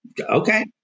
Okay